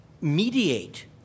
mediate